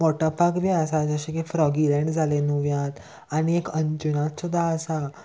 water park बी आसा जशें की फ्रॉगी लँड जालें न्हूव्यांत आनी एक अंजुनाथ सुद्दां आसा